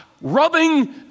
rubbing